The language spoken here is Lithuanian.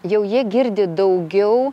jau jie girdi daugiau